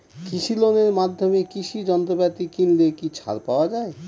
কৃষি লোনের মাধ্যমে কৃষি যন্ত্রপাতি কিনলে কি ছাড় পাওয়া যায়?